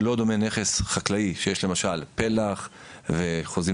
לא דומה נכס חקלאי שיש למשל פלך וחוזים